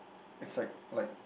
it's like like